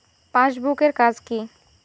Passbook এর কাজ কি?